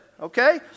Okay